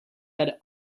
had